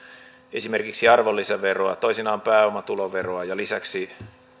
esimerkiksi arvonlisäveroa toisinaan pääomatuloveroa ja lisäksi